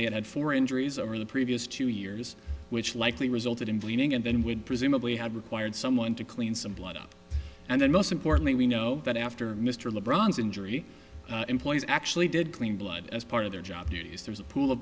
they had for injuries over the previous two years which likely resulted in bleeding and then would presumably have required someone to clean some blood up and then most importantly we know that after mr le bron's injury employees actually did clean blood as part of their job duties there's a pool